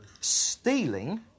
stealing